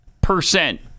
percent